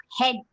head